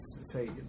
say